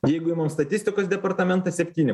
jeigu imam statistikos departamentą septyni